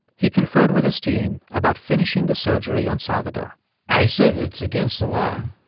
he conferred with his team about finishing the surgery on salvador i said it's against the law,